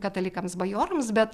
katalikams bajorams bet